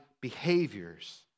behaviors